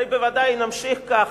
הרי בוודאי אם נמשיך ככה,